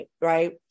right